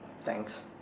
thanks